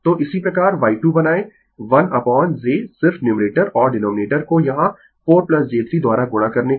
तो इसी प्रकार Y2 बनायें 1 अपोन j सिर्फ न्यूमरेटर और डीनोमिनेटर को यहाँ 4 j3 द्वारा गुणा करने को